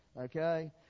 okay